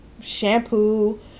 shampoo